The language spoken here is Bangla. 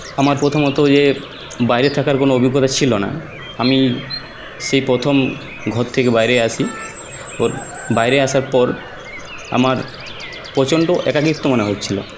আমার প্রথমত যে বাইরে থাকার কোনো অভিজ্ঞতা ছিলো না আমি সেই প্রথম ঘর থেকে বাইরে আসি ও বাইরে আসার পর আমার প্রচণ্ড একাকিত্ব মনে হচ্ছিলো